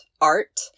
art